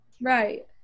Right